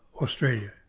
Australia